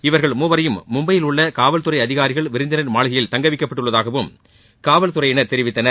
இவர்கள மூவரையும் மும்பையில் உள்ள காவல்துறை அதிகாரிகள் விருந்தினர் மாளிகையில் தங்கவைக்கப்பட்டுள்ளதாக காவல்துறையினர் தெரிவித்தனர்